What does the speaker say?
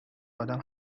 آدم